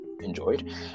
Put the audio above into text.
enjoyed